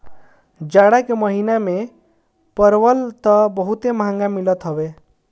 जाड़ा के महिना में परवल तअ बहुते महंग मिलत हवे